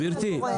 גברתי,